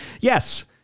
Yes